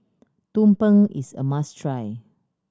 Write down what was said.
tumpeng is a must try